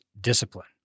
discipline